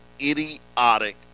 idiotic